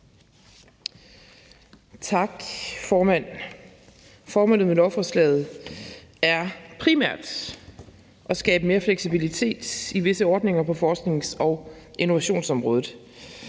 Tak, formand. Formålet med lovforslaget er primært at skabe mere fleksibilitet i visse ordninger på forsknings- og innovationsområdet,